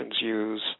use